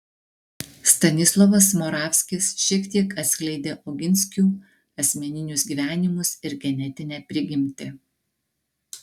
stanislovas moravskis šiek tiek atskleidė oginskių asmeninius gyvenimus ir genetinę prigimtį